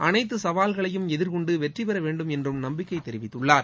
அனைத்து சவால்களையும் எதிர்கொண்டு வெற்றி பெற வேண்டும் என்று நம்பிக்கை தெரிவித்துள்ளார்